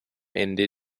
ende